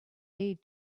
need